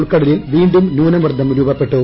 ഉൾക്കടലിൽ വീണ്ടും ന്യൂനമർദ്ദം രൂപപ്പെട്ടു